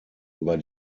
über